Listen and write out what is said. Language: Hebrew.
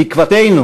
תקוותנו